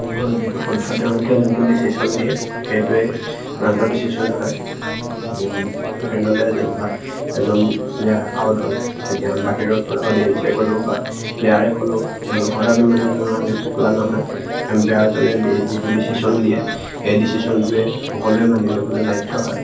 ভুল যিটো শুদ্ধ তেওঁলোকে যোনটো ডিচিশ্যন দিয়ে সেইটোৱে চূড়ান্ত ডিচিশ্যন হয় ধৰি ল'লে যেনিবা এজন প্লেয়াৰ আউট হ'ল তেতিয়া বাহিৰৰ পৰা অডিয়েঞ্চে ক'লেও বা প্লেয়াৰে ক'লেও তেওঁলোকৰ দাবী মানি লোৱা লোৱা নহয় এম্পেয়াৰজনে যিটো ডিচিশ্যন দিয়ে সেই ডিচিশ্যনটোৱে সকলোৱে মানি ল'বলৈ বাধ্য হয়